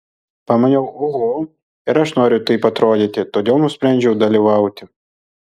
pamaniau oho ir aš noriu taip atrodyti todėl nusprendžiau dalyvauti